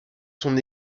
son